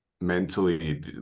mentally